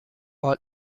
all